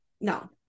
No